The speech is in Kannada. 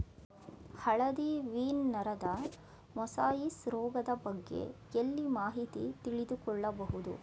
ಹಳದಿ ವೀನ್ ನರದ ಮೊಸಾಯಿಸ್ ರೋಗದ ಬಗ್ಗೆ ಎಲ್ಲಿ ಮಾಹಿತಿ ತಿಳಿದು ಕೊಳ್ಳಬಹುದು?